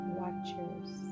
watchers